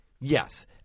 yes